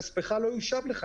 כספך לא יושב לך,